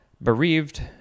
bereaved